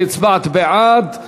שהצבעת בעד.